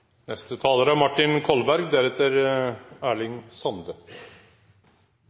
neste taler er